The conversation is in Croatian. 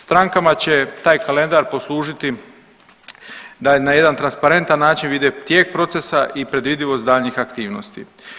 Strankama će taj kalendar poslužiti da na jedan transparentan način vide tijek procesa i predvidivost daljnjih aktivnosti.